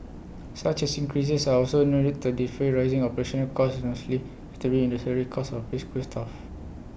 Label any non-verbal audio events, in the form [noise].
such as increases are also [unintelligible] to defray rising operational costs mostly notably in the salary costs of preschool staff